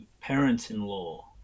parents-in-law